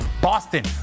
Boston